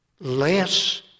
less